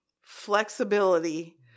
flexibility